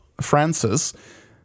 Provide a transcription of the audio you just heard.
Francis